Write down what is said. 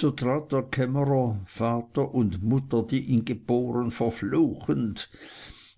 der kämmerer vater und mutter die ihn geboren verfluchend